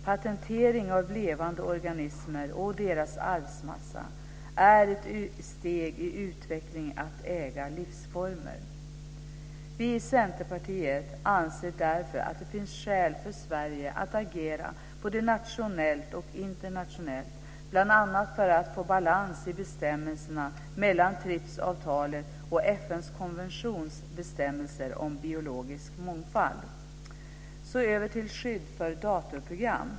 Patentering av levande organismer och deras arvsmassa är ett steg i utvecklingen mot att äga livsformer. Vi i Centerpartiet anser därför att det finns skäl för Sverige att agera både nationellt och internationellt, bl.a. för att få balans i bestämmelserna mellan TRIPS-avtalet och FN:s konventions bestämmelser om biologisk mångfald. Låt mig så gå över till skydd för datorprogram.